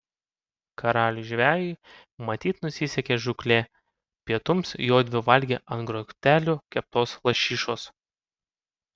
karaliui žvejui matyt nusisekė žūklė pietums jodvi valgė ant grotelių keptos lašišos